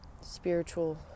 Spiritual